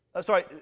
Sorry